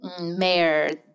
mayor